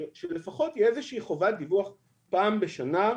שלפחות תהיה איזושהי חובת דיווח פעם בשנה,